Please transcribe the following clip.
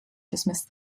dismissed